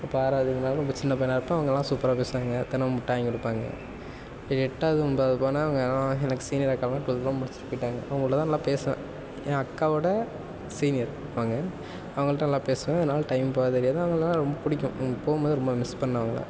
அப்போ ஆறாவது ஏழாவதில் ரொம்ப சின்ன பையனாக இருப்பேன் அவங்கலாம் சூப்பராக பேசுவாங்கள் தினம் மிட்டாய் வாங்கி கொடுப்பாங்க அப்புறம் எட்டாவது ஒம்பதாவது போனேன் அவங்க எல்லாம் எனக்கு சீனியர் அக்காவெலாம் டுவெல்த்லாம் முடிச்சிட்டு போய்ட்டாங்க அவங்கள்கிட்ட தான் நல்லா பேசுவேன் என் அக்காவோட சீனியர் அவங்க அவங்கள்கிட்ட நல்லா பேசுவேன் அதனால டைம் போகிறது தெரியாது அவங்களலாம் ரொம்ப பிடிக்கும் அவங்க போகும்போது ரொம்ப மிஸ் பண்ணேன் அவங்களை